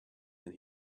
and